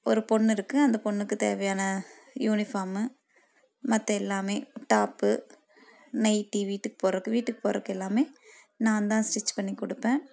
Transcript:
ஒரு பொண்ணு இருக்குது அந்த பொண்ணுக்கு தேவையான யூனிஃபார்மு மற்ற எல்லாமே டாப்பு நைட்டி வீட்டுக்கு போடுறக்கு வீட்டுக்கு போடுறக்கு எல்லாமே நான் தான் ஸ்ட்ரிச் பண்ணி கொடுப்பேன்